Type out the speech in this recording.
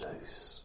loose